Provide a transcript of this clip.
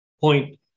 point